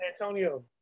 Antonio